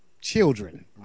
children